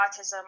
autism